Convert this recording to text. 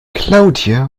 claudia